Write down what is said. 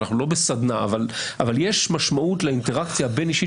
אנחנו לא בסדנא אבל יש משמעות לאינטראקציה הבין-אישית